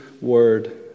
word